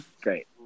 great